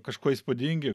kažkuo įspūdingi